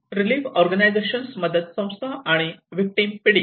relief organisation मदत संस्था आणि व्हिक्टिम पीडित